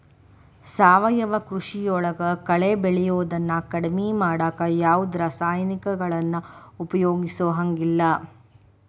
ಸಾವಯವ ಕೃಷಿಯೊಳಗ ಕಳೆ ಬೆಳಿಯೋದನ್ನ ಕಡಿಮಿ ಮಾಡಾಕ ಯಾವದ್ ರಾಸಾಯನಿಕಗಳನ್ನ ಉಪಯೋಗಸಂಗಿಲ್ಲ